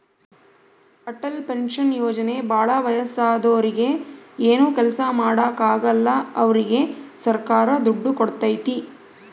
Atal pension ಯೋಜನೆ ಭಾಳ ವಯಸ್ಸಾದೂರಿಗೆ ಏನು ಕೆಲ್ಸ ಮಾಡಾಕ ಆಗಲ್ಲ ಅವ್ರಿಗೆ ಸರ್ಕಾರ ದುಡ್ಡು ಕೋಡ್ತೈತಿ